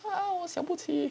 啊我想不起